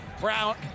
Brown